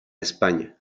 españa